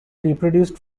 reproduced